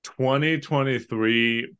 2023